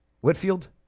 Whitfield